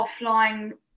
offline